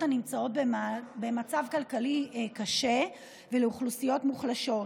הנמצאות במצב כלכלי קשה ולאוכלוסיות מוחלשות.